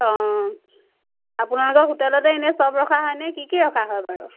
অঁ আপোনালোকৰ হোটেলতে এনেই চব ৰখা হয়নে কি কি ৰখা হয় বাৰু